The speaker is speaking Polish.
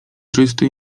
czysty